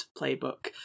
playbook